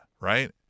right